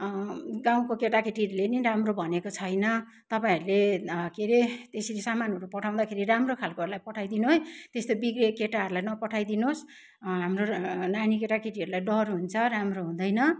गाउँको केटाकेटीहरूले नि राम्रो भनेको छैन तपाईँहरूले के अरे यसरी सामानहरू पठाउँदाखेरि राम्रो खालकोहरूलाई पठाइदिनु है त्यस्तो बिग्रेको केटाहरूलाई नपठाइदिनुहोस् हाम्रो नानी केटाकेटीहरूलाई डर हुन्छ राम्रो हुँदैन